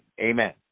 amen